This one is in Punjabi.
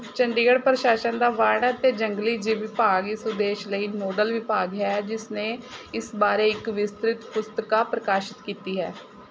ਚੰਡੀਗੜ੍ਹ ਪ੍ਰਸ਼ਾਸਨ ਦਾ ਵਣ ਅਤੇ ਜੰਗਲੀ ਜੀਵ ਵਿਭਾਗ ਇਸ ਉਦੇਸ਼ ਲਈ ਨੋਡਲ ਵਿਭਾਗ ਹੈ ਜਿਸ ਨੇ ਇਸ ਬਾਰੇ ਇੱਕ ਵਿਸਤ੍ਰਿਤ ਪੁਸਤਿਕਾ ਪ੍ਰਕਾਸ਼ਿਤ ਕੀਤੀ ਹੈ